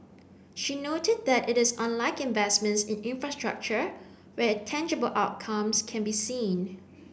she noted that it is unlike investments in infrastructure where tangible outcomes can be seen